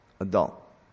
adult